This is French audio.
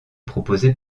proposé